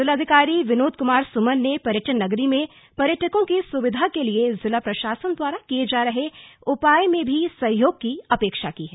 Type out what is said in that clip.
ज़िलाधिकारी विनोद कुमार सुमन ने पर्यटन नगरी में पर्यटकों की सुविधा के लिए ज़िला प्रशासन द्वारा किए जा रहे उपायों में सहयोग की अपेक्षा की है